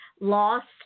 lost